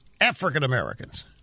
African-Americans